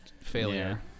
failure